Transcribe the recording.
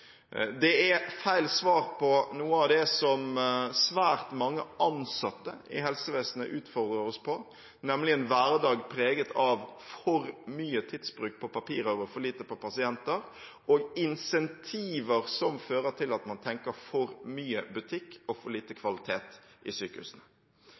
Det er feil svar på noe av det som svært mange ansatte i helsevesenet utfordrer oss på, nemlig en hverdag preget av for mye tidsbruk på papirarbeid og for lite på pasienter og incentiver som fører til at man tenker for mye butikk og for lite